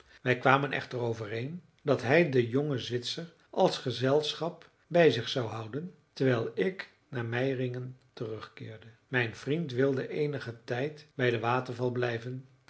wij kwamen echter overeen dat hij den jongen zwitser als gezelschap bij zich zou houden terwijl ik naar meiringen terugkeerde mijn vriend wilde eenigen tijd bij den waterval blijven